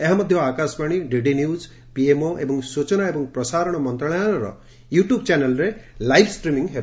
ଏହା ମଧ୍ଧ Akashvani DD news PMO ଏବଂ ସୂଚନା ଏବଂ ପ୍ରସାରଣ ମନ୍ତ୍ରଶାଳୟ ୟୁଟ୍ୟୁବ୍ ଚ୍ୟାନେଲ୍ରେ ଲାଇଭ୍ ଷ୍ଟିମିଂ ହେବ